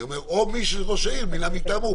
אני אומר: או מי שראש העיר מינה מטעמו.